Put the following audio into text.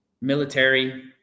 military